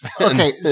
Okay